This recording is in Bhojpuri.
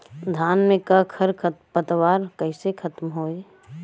धान में क खर पतवार कईसे खत्म होई?